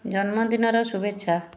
ଜନ୍ମଦିନର ଶୁଭେଚ୍ଛା